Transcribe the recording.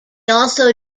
also